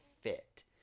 fit